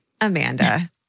Amanda